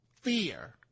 fear